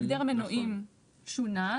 ההגדר מנועים שונה.